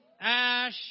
Ash